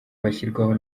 bashyirwaho